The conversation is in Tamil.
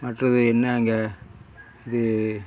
மற்றது என்ன இங்கே இது